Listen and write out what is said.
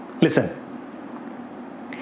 listen